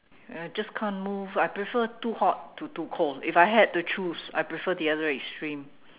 I just can't move I prefer too hot to too cold if I had to choose I prefer the other extreme